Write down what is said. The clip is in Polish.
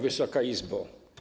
Wysoka Izbo!